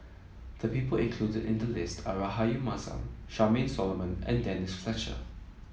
the people included in the list are Rahayu Mahzam Charmaine Solomon and Denise Fletcher